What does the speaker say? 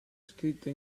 scritta